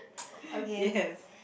yes